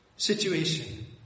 situation